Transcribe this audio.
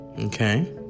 Okay